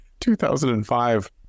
2005